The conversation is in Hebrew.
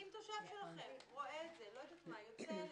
אם תושב שלכם יוצא לריצה,